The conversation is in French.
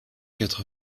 quatre